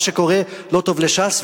מה שקורה לא טוב לש"ס.